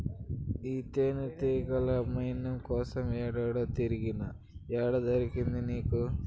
ఈ తేనెతీగల మైనం కోసం ఏడేడో తిరిగినా, ఏడ దొరికింది నీకు